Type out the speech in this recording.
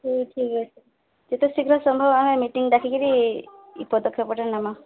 ହଉ ଠିକ୍ ଅଛି ଯେତେ ଶୀଘ୍ର ସମ୍ଭବ ମିଟିଂ ଡ଼ାକି କିରି ଏଇ ପଦକ୍ଷେପଟା ନମାଁ